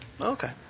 Okay